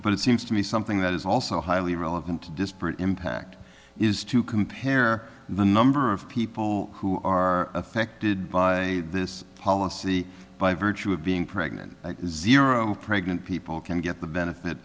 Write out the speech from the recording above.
but it seems to be something that is also highly relevant to disparate impact is to compare the number of people who are affected by this policy by virtue of being pregnant zero pregnant people can get the benefit